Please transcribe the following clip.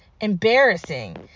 embarrassing